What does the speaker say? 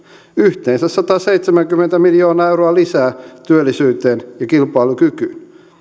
yhteensä sataseitsemänkymmentä miljoonaa euroa lisää työllisyyteen ja kilpailukykyyn